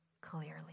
clearly